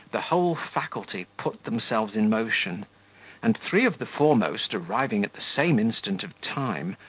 the whole faculty put themselves in motion and three of the foremost arriving at the same instant of time,